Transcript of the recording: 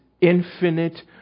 infinite